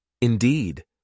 Indeed